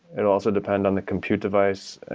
it'll also depend on the compute device,